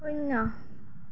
শূন্য